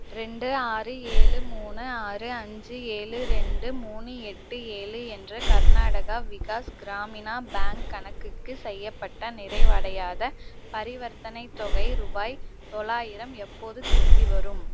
ரெண்டு ஆறு ஏழு மூணு ஆறு அஞ்சு ஏழு ரெண்டு மூணு எட்டு ஏழு என்ற கர்நாடகா விகாஸ் கிராமினா பேங்க் கணக்குக்கு செய்யப்பட்ட நிறைவடையாத பரிவர்த்தனைத் தொகை ரூபாய் தொள்ளாயிரம் எப்போது திரும்பி வரும்